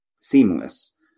seamless